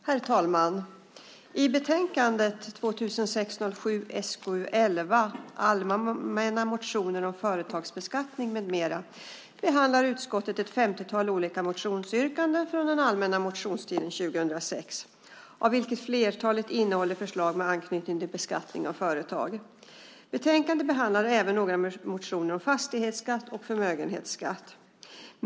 Herr talman! I betänkandet 2006/07:SkU11 Allmänna motioner om företagsbeskattning m.m. behandlar utskottet ett 50-tal olika motionsyrkanden från den allmänna motionstiden 2006, av vilka flertalet innehåller förslag med anknytning till beskattning av företag. Betänkandet behandlar även några motioner om fastighetsskatt och förmögenhetsskatt.